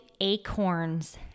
acorns